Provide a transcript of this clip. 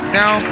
now